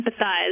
empathize